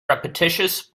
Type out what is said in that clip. repetitious